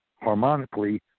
harmonically